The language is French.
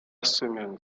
semaine